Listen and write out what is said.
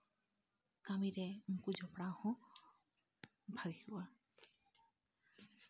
ᱠᱟᱹᱢᱤᱨᱮ ᱩᱱᱠᱩ ᱡᱚᱯᱲᱟᱣ ᱦᱚᱸ ᱵᱷᱟᱹᱜᱤ ᱠᱚᱜᱼᱟ